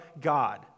God